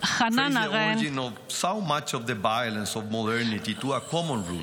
כדי להמשיך ולשפר את החיים של בני עמנו.